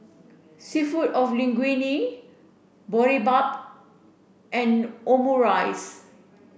seafood of Linguine Boribap and Omurice